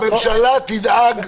הממשלה תדאג,